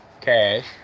cash